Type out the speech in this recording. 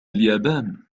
اليابان